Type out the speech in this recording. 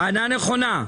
הערה נכונה.